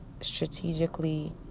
strategically